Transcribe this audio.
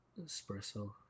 espresso